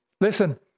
listen